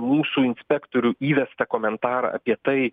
mūsų inspektorių įvestą komentarą apie tai